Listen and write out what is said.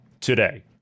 today